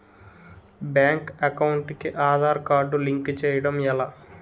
Bank account కి Aadhaar card link చేయడం ఎలా?